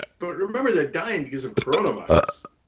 but remember they're dying because of coronavirus.